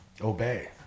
obey